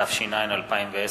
התש”ע 2010,